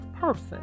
person